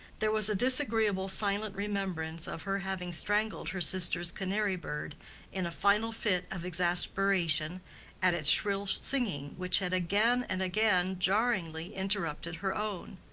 there was a disagreeable silent remembrance of her having strangled her sister's canary-bird in a final fit of exasperation at its shrill singing which had again and again jarringly interrupted her own.